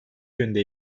yönde